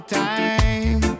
time